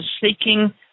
seeking